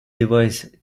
device